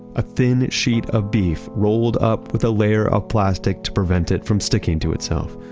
a thin sheet of beef rolled up with a layer of plastic to prevent it from sticking to itself.